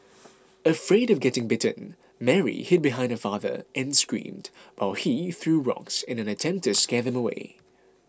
afraid of getting bitten Mary hid behind her father and screamed while he threw rocks in an attempt to scare them away